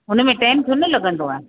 उनमें टाइम थोरी न लॻंदो आहे